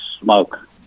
smoke